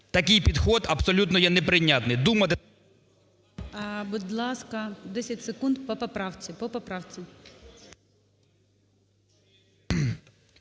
Такий підхід абсолютно є неприйнятний. Думати… ГОЛОВУЮЧИЙ. Будь ласка, 10 секунд по поправці,